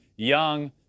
Young